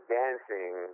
dancing